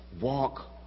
walk